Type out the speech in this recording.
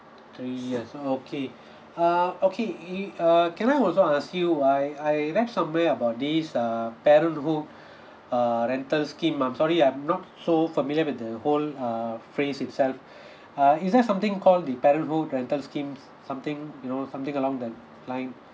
three years okay uh okay y~ err can I also ask you I I read somewhere about this uh parenthood uh rental scheme I'm sorry I'm not so familiar with the whole uh phrase itself uh is there something called the parenthood rental schemes something you know something along that line